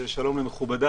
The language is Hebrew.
ושלום למכובדי,